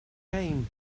came